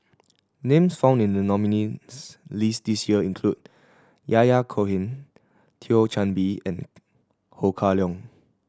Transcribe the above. names found in the nominees' list this year include Yahya Cohen Thio Chan Bee and Ho Kah Leong